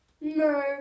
no